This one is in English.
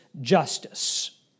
justice